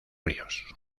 ríos